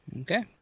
Okay